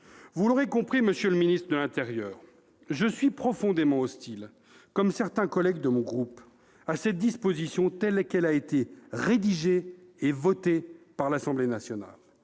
Vous l'aurez compris, monsieur le ministre de l'intérieur, je suis profondément hostile, comme certains collègues de mon groupe, à cette disposition telle qu'elle a été rédigée et votée par l'Assemblée nationale.